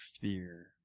fear